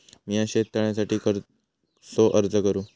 मीया शेत तळ्यासाठी कसो अर्ज करू?